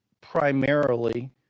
primarily